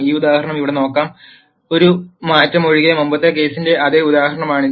ഈ ഉദാഹരണം ഇവിടെ നോക്കാം ഒരു മാറ്റം ഒഴികെ മുമ്പത്തെ കേസിന്റെ അതേ ഉദാഹരണമാണിത്